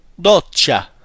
Doccia